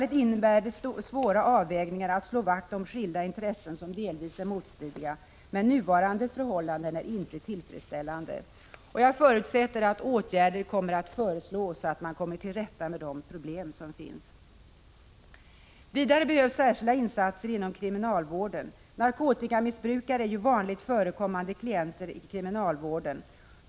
Det innebär självfallet svåra avvägningar att slå vakt om skilda intressen som delvis är motstridiga, men nuvarande förhållanden är inte tillfredsställande. Jag förutsätter att åtgärder kommer att föreslås, så att man kan lösa de problem som finns. Vidare behövs särskilda insatser inom kriminalvården. Narkotikamissbrukare är vanligt förekommande klienter i kriminalvården.